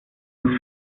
uns